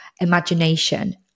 imagination